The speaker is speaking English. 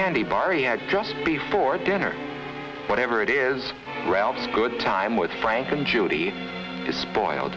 candy bar you had just before dinner whatever it is ralph's good time with frank and judy despoiled